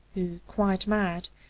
who, quite mad,